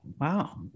wow